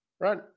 right